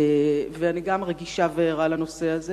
וגם אני רגישה וערה לנושא הזה